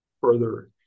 further